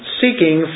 seeking